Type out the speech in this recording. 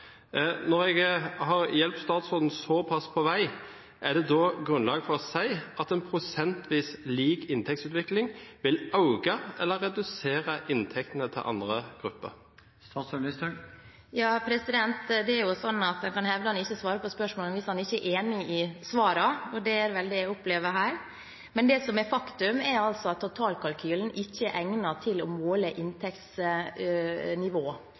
Når jeg har hjulpet statsråden såpass på vei, er det da grunnlag for å si at prosentvis lik inntektsutvikling vil øke eller redusere inntektene til andre grupper? Det er jo sånn at man kan hevde at man ikke svarer på spørsmålet hvis man ikke er enig i svarene, og det er vel det jeg opplever her. Det som er faktum, er at totalkalkylen ikke er egnet til å måle inntektsnivå,